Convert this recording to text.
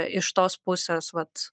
iš tos pusės vat